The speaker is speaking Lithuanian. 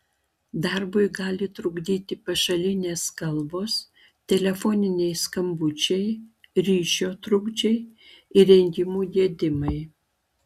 darbui gali trukdyti pašalinės kalbos telefoniniai skambučiai ryšio trukdžiai įrengimų gedimai